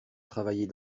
travailler